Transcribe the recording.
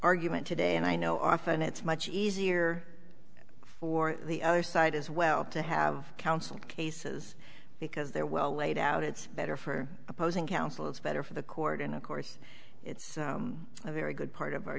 argument today and i know often it's much easier for the other side as well to have counsel cases because they're well laid out it's better for opposing counsel it's better for the court and of course it's a very good part of our